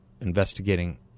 investigating